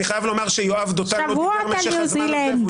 אני חייב לומר שיואב דותן לא דיבר במשך הזמן הזה.